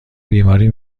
بیماری